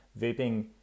Vaping